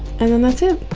and then that's it.